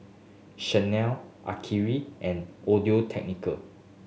Chanel Akiri and Audio Technica